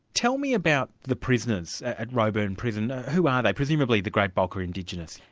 tell me about the prisoners at roebourne prison. who are they? presumably the great bulk are indigenous.